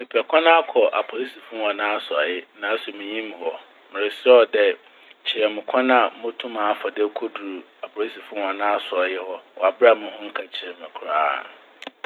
Mepɛ kwan akɔ apolisifo hɔn asɔɛe naaso minnyim hɔ. Meresrɛ wo dɛ kyerɛ me kwan a motum mafa do ekodur apolisifo asɔɛe hɔ, wɔ aber a mo ho nkɛkyer mo koraa.